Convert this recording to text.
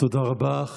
תודה רבה.